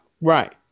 Right